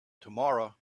tomorrow